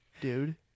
dude